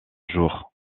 jours